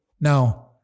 Now